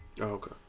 Okay